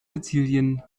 sizilien